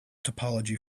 topology